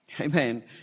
Amen